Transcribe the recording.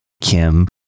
Kim